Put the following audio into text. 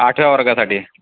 आठव्या वर्गासाठी